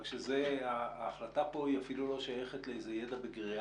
רק שהחלטה פה היא אפילו לא שייכת לאיזה ידע בגריאטריה.